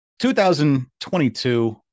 2022